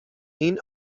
این